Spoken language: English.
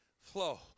flow